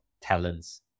talents